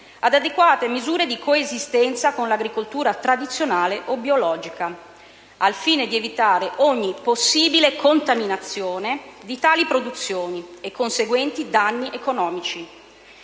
ad adeguate misure di coesistenza con l'agricoltura tradizionale o biologica, al fine di evitare ogni possibile contaminazione di tali produzioni e conseguenti danni economici.